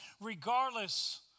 regardless